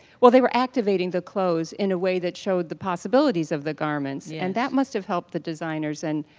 well, they were activating the clothes in a way that showed the possibilities of the garments. yeah. and that must have helped the designers and,